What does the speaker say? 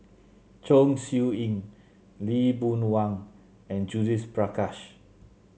Chong Siew Ying Lee Boon Wang and Judith Prakash